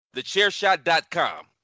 TheChairShot.com